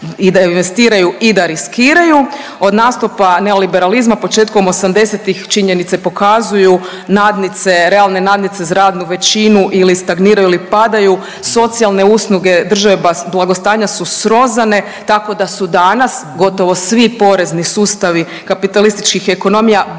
i da investiraju i da riskiraju, od nastupa neoliberalizma početkom 80-ih činjenice pokazuju, nadnice, realne nadnice za radnu većinu ili stagniraju ili padaju, socijalne usluge država blagostanja su srozane, tako da su danas gotovo svi porezni sustavi kapitalističkih ekonomija bitno